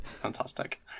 fantastic